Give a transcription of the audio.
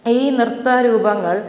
ഈ നൃത്തരൂപങ്ങൾ